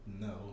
No